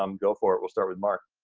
um go for it, we'll start with mark.